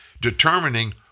determining